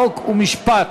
חוק ומשפט.